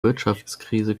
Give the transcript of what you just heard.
wirtschaftskrise